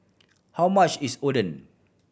how much is Oden